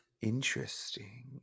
interesting